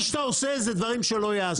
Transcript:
אז למה אתה אומר שאני עושה משהו שלא ייעשה?